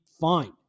fine